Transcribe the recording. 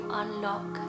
unlock